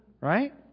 right